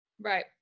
Right